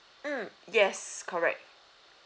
mm yes correct